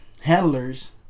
handlers